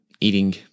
eating